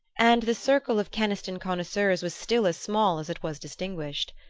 and the circle of keniston connoisseurs was still as small as it was distinguished.